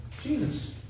Jesus